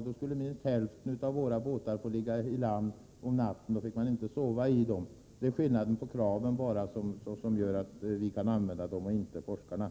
det, skulle minst hälften av våra båtar få ligga i land om natten, eftersom vi då inte fick sova i dem. Det är bara skillnaden i krav som gör att vi kan använda sådana båtar och inte forskarna.